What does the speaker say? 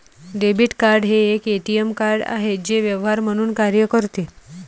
debit card हे एक ATM card आहे जे व्यवहार म्हणून कार्य करते